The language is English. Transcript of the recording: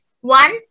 One